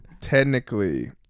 technically